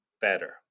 better